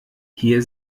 hier